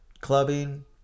clubbing